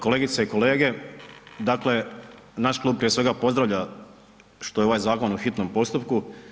Kolegice i kolege, dakle, naš klub prije svega pozdravlja što je ovaj zakon u hitnom postupku.